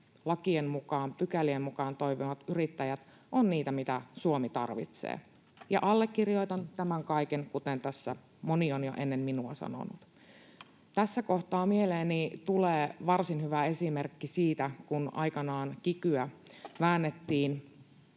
lakien mukaan, pykälien mukaan toimivat yrittäjät ovat niitä, mitä Suomi tarvitsee, ja allekirjoitan tämän kaiken, kuten tässä moni on jo ennen minua sanonut. Tässä kohtaa mieleeni tulee varsin hyvä esimerkki siitä, kun aikanaan kikyä väännettiin